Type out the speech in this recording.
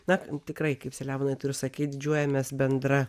na tikrai kaip selemonai kaip tu ir sakei didžiuojamės bendra